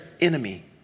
enemy